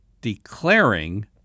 Declaring